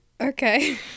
Okay